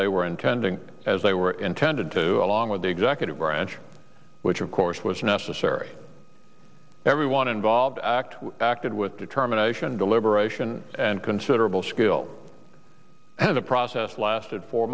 they were intending as they were intended to along with the executive branch which of course was necessary everyone involved acted with determination deliberation and considerable skill and the process lasted for